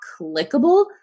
clickable